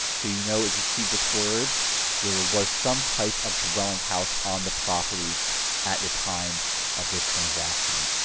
so you know if you see this word there was some type of dwelling house on the property at the time of the transaction.